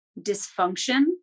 dysfunction